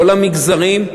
כל המגזרים,